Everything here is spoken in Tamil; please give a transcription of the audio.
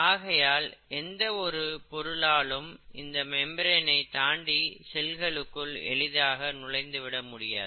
ஆகையால் எந்த ஒரு பொருளானாலும் இந்த மெம்பரேனை தாண்டி செல்களுக்குள் எளிதாக நுழைந்துவிட முடியாது